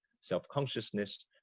Self-consciousness